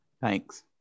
Thanks